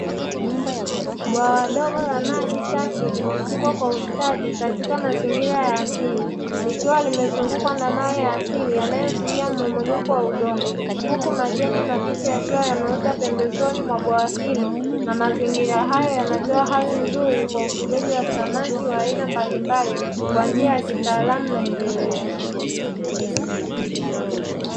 Bwawa dogo la maji safi limechimbwa kwa ustadi katika mazingira ya asili likiwa limezungukwa na mawe ya asili yanayozuia mmomonyoko wa udongo. Huku majani mabichi yakiwa yameota pembezoni mwa bwawa hilo na mazingira hayo yanatoa hali nzuri kwa ufugaji wa samaki wa aina mbalimbali, kwa njia ya kitaalamu na endelevu.